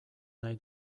nahi